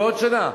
בעוד שנה.